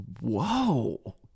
whoa